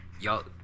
y'all